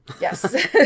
yes